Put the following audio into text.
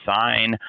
sign